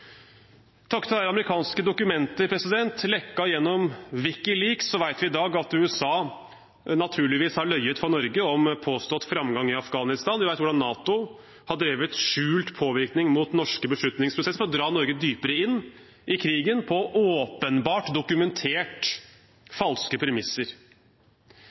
dag at USA naturligvis har løyet for Norge om påstått framgang i Afghanistan. Vi vet hvordan NATO har drevet skjult påvirkning mot norske beslutningsprosesser for å dra Norge dypere inn i krigen på åpenbart, dokumenterte falske premisser.